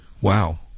wow